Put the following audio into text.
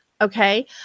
okay